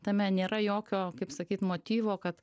tame nėra jokio kaip sakyt motyvo kad